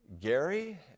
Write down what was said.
Gary